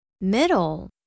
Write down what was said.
middle